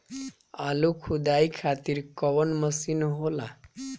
आलू खुदाई खातिर कवन मशीन होला?